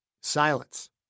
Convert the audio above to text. Silence